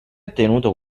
ottenuto